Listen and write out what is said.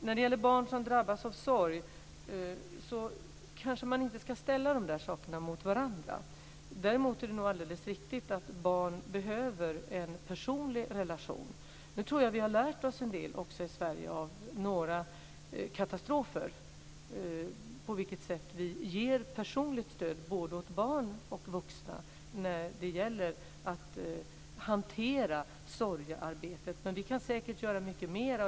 När det gäller barn som drabbas av sorg kanske inte man ska ställa dessa saker mot varandra. Däremot är det alldeles riktigt att barn behöver en personlig relation. Nu tror jag att vi av några katastrofer har lärt oss en del i Sverige om på vilket sätt vi ger personligt stöd både till barn och vuxna när det gäller att hantera sorgearbetet. Men vi kan säkert göra mycket mer.